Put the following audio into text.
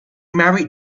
married